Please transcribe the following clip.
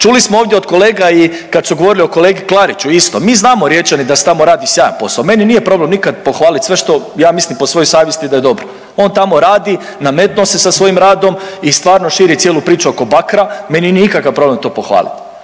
Čuli smo ovdje od kolega i kad su govorili o kolegi Klariću isto, mi znamo Riječani da se tamo radi sjajan posao, meni nije problem nikad pohvalit sve što ja mislim po svojoj savjesti da je dobro. On tamo radi, nametnuo se sa svojim radom i stvarno širi cijelu priču oko Bakra, meni nije nikakav problem to pohvalit.